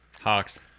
Hawks